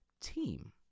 team